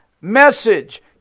message